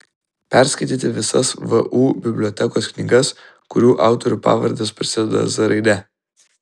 perskaityti visas vu bibliotekos knygas kurių autorių pavardės prasideda z raide